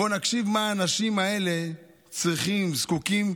בואו נקשיב מה האנשים האלה צריכים, זקוקים,